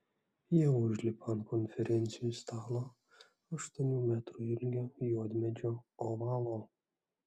jie užlipa ant konferencijų stalo aštuonių metrų ilgio juodmedžio ovalo